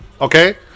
Okay